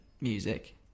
music